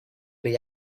pedí